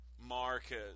Marcus